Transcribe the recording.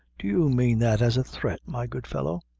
do you mean that as a threat, my good fellow?